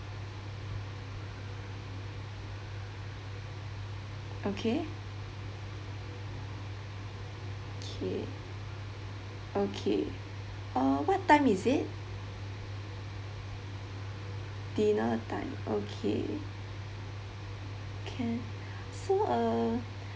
okay okay okay uh what time is it dinner time okay can so uh